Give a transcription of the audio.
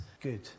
good